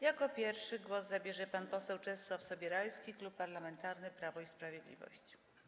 Jako pierwszy głos zabierze pan poseł Czesław Sobierajski, Klub Parlamentarny Prawo i Sprawiedliwość.